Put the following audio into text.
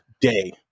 day